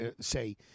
say